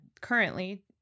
currently